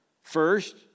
First